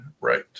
right